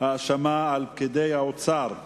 האשמה על פקידי האוצר.